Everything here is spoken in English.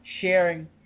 sharing